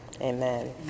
Amen